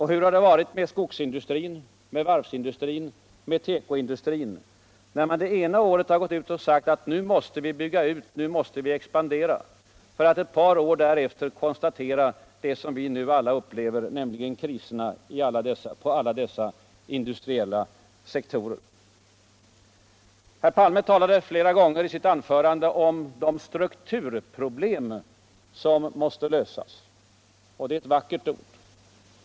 Hur har läget varit för skogsindustrin, varvsindustrin och tekoindustrin? Ena året har man sagt att nu måste dessa industrier bygga ut och expandera för att ett par år diärefter konstatera det som vi nu alla upplever. nämlhigen kriserna inom alla dessa industriella sektorer. Herr Palme talade i sitt anförande flera gånger om de strukturproblem som måste lösas. Det är ett vackert ord.